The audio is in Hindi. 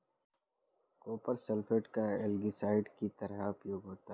कॉपर सल्फेट का एल्गीसाइड की तरह उपयोग होता है